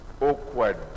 awkward